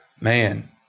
man